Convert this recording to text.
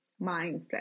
mindset